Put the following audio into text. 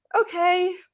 okay